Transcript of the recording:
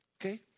Okay